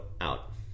out